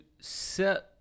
set